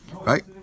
Right